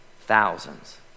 Thousands